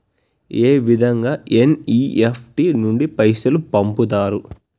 ఏ విధంగా ఎన్.ఇ.ఎఫ్.టి నుండి పైసలు పంపుతరు?